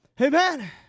Amen